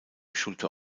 schulte